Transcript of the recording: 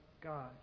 God